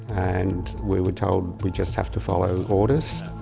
and we were told we just have to follow orders.